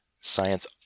science